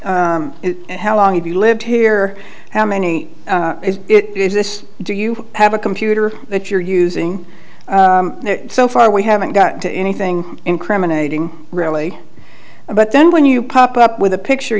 and how long have you lived here how many is it is this do you have a computer that you're using so far we haven't gotten to anything incriminating really but then when you pop up with a picture